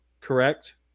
correct